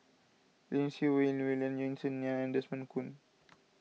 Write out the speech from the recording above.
Lim Siew Wai William Yeo Song Nian and Desmond Kon